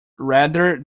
rather